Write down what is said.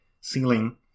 ceiling